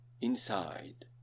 inside